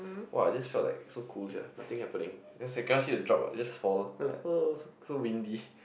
!wah! I just felt like so cool sia nothing happening cannot see cannot see the drop [what] just fall then I was like oh so windy